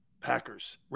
Packers